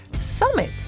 summit